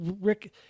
Rick